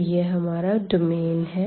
तो यह हमारा डोमेन है